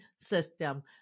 system